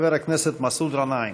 חבר הכנסת מסעוד גנאים.